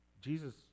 Jesus